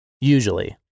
Usually